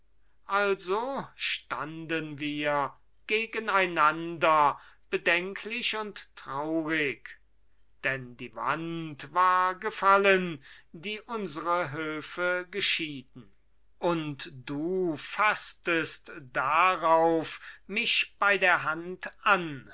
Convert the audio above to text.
also standen wir gegeneinander bedenklich und traurig denn die wand war gefallen die unsere höfe geschieden und du faßtest darauf mich bei der hand an